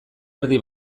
erdi